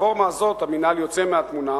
ברפורמה הזאת המינהל יוצא מהתמונה,